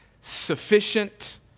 sufficient